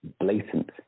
blatant